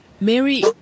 Mary